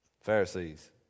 Pharisees